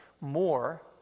more